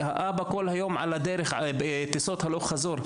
האבא כל היום בטיסות הלוך-חזור.